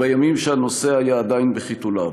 בימים שהנושא היה עדיין בחיתוליו.